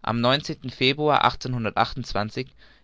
am februar